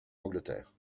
angleterre